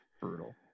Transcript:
brutal